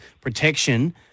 protection